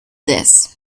this